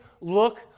look